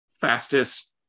Fastest